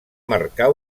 marcar